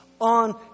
on